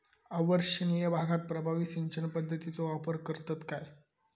अवर्षणिय भागात प्रभावी सिंचन पद्धतीचो वापर करतत काय?